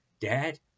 Dad